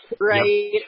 right